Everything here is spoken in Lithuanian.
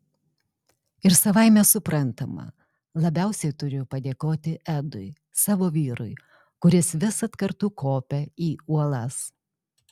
ir savaime suprantama labiausiai turiu padėkoti edui savo vyrui kuris visad kartu kopia į uolas